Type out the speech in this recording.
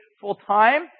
full-time